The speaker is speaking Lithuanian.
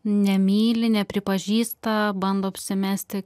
nemyli nepripažįsta bando apsimesti